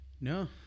No